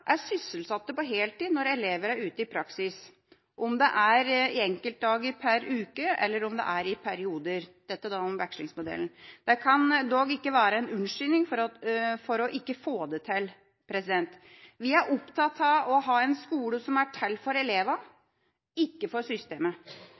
er sysselsatt på heltid når elever er ute i praksis – om det er enkeltdager per uke, eller om det er i perioder i vekslingsmodellen. Det kan dog ikke være en unnskyldning for ikke å få det til. Vi er opptatt av å ha en skole som er til for elevene, ikke for systemet.